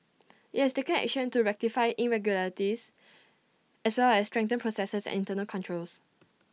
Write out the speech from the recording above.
IT has taken action to rectify irregularities as well as strengthen processes internal controls